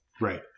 Right